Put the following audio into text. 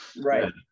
right